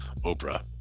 Oprah